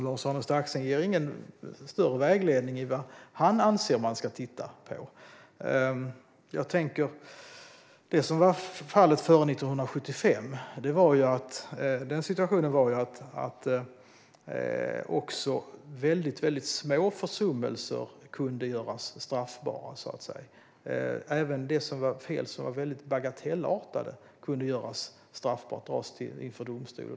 Lars-Arne Staxäng ger ingen större vägledning till vad han anser att man ska titta på. Det som var fallet före 1975 var att även väldigt små försummelser och bagatellartade fel kunde göras straffbara och dras inför domstol.